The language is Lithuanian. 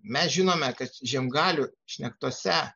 mes žinome kad žiemgalių šnektose